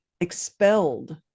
expelled